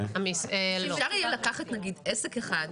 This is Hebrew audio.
אפשר יהיה לקחת עסק אחד?